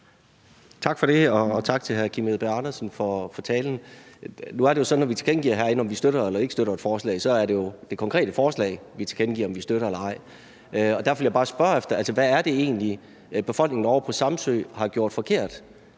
Tak for det, og tak til hr. Kim Edberg Andersen for talen. Nu er det sådan, at når vi herinde tilkendegiver, om vi støtter eller ikke støtter et forslag, så er det jo det konkrete forslag, vi tilkendegiver om vi støtter eller ej. Derfor vil jeg bare spørge, hvad det egentlig er, befolkningen ovre på Samsø har gjort forkert